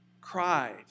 cried